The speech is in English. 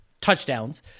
Touchdowns